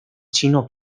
chino